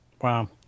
Wow